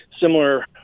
similar